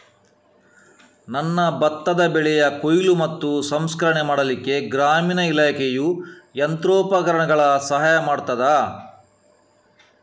ನನ್ನ ಭತ್ತದ ಬೆಳೆಯ ಕೊಯ್ಲು ಮತ್ತು ಸಂಸ್ಕರಣೆ ಮಾಡಲಿಕ್ಕೆ ಗ್ರಾಮೀಣ ಇಲಾಖೆಯು ಯಂತ್ರೋಪಕರಣಗಳ ಸಹಾಯ ಮಾಡುತ್ತದಾ?